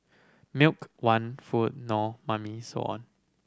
milk want food no mummy so on